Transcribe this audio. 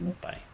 Bye